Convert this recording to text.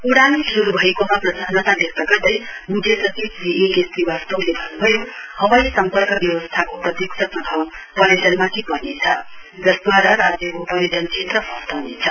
उडान शुरू भएकोमा प्रसन्नता व्यक्त गर्दै म्ख्य सचिव श्री एके श्रीवास्तवले भन्न् भयो हवाई सम्पर्क व्यवस्थाको प्रत्यक्ष प्रभाव पर्यटनमाथि पर्नेछ जसद्वारा राज्यको पर्यटन क्षेत्र फस्टाउनेछ